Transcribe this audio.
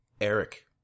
Eric